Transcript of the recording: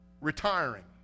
retiring